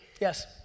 Yes